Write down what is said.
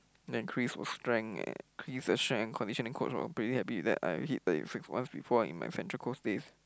then increase of strength and increase the strength and conditioning coach was pretty happy with that I hit thirty six one speed four in my center course days